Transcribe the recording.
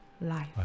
life